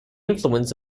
influence